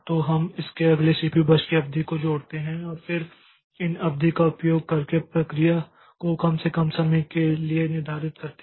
तो हम इसके अगले सीपीयू बर्स्ट की अवधि को जोड़ते हैं और फिर हम इन अवधि का उपयोग करके प्रक्रिया को कम से कम समय के साथ निर्धारित करते हैं